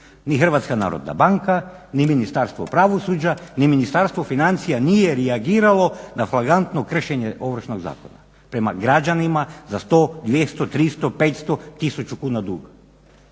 ni Hrvatska narodna banka ni Ministarstvo pravosuđa ni Ministarstvo financija nije reagiralo na flagrantno kršenje Ovršnog zakona prema građanima za 100, 200, 300, 500, tisuću kuna duga